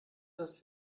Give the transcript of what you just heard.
dass